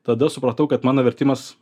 tada supratau kad mano vertimas